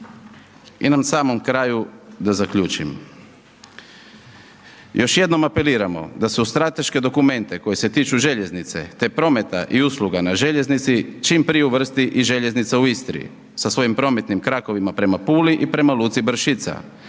I na samom kraju da zaključim, još jednom apeliramo, da se u strateške dokumente koje se tiču željeznice, te prometa i usluga na željeznici, čim prije uvrsti i željeznica u Istri sa svojim prometnim krakovima prema Puli i prema luci Brašica,